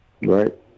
Right